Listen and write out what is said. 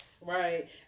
Right